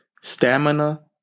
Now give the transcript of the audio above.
stamina